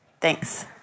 Thanks